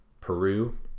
Peru